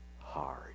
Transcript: hard